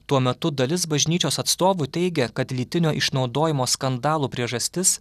tuo metu dalis bažnyčios atstovų teigia kad lytinio išnaudojimo skandalų priežastis